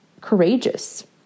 courageous